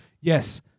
Yes